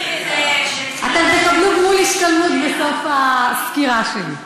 אתם תקבלו גמול השתלמות בסוף הסקירה שלי.